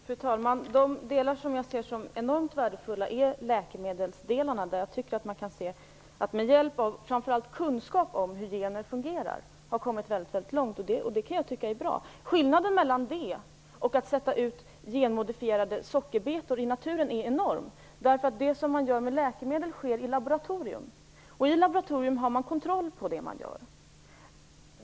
Fru talman! De delar som jag ser som mycket värdefulla är de som gäller läkemedel, där jag tycker att man har kommit väldigt långt med hjälp av bl.a. kunskap om hur gener fungerar. Det kan jag tycka är bra. Skillnaden mellan det och att sätta ut genmodifierade sockerbetor i naturen är enorm. Det som man gör med läkemedel sker i ett laboratorium, och i ett laboratorium har man kontroll över det man gör.